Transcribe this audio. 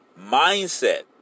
mindset